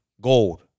gold